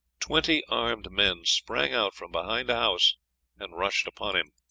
twenty armed men sprang out from behind a house and rushed upon him.